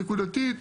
נקודתית,